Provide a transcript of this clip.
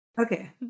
okay